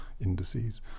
indices